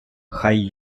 хай